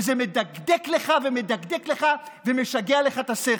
וזה מדגדג לך ומדגדג לך ומשגע לך את השכל.